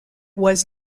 was